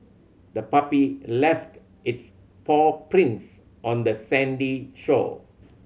the puppy left its paw prints on the sandy shore